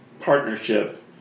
partnership